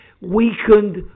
weakened